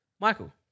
Michael